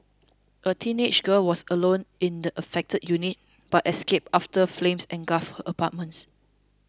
a teenage girl was alone in the affected unit but escaped after flames engulfed her apartments